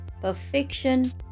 perfection